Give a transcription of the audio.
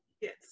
Yes